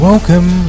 Welcome